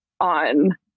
on